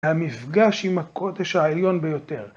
המפגש עם הקודש העליון ביותר.